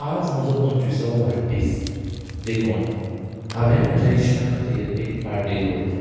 आज म्हजो पंचविसावो वाडदीस देखून हांवें म्हज्या इश्टां खातीर एक पार्टी दवरल्या